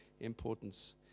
importance